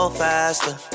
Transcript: faster